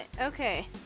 okay